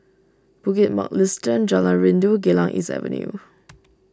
Bukit Mugliston Jalan Rindu Geylang East Avenue